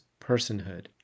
personhood